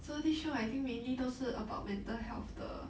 so this show I think mainly 都是 about mental health 的